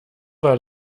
war